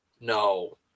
No